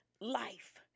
life